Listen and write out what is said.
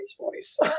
voice